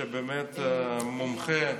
באמת מומחה,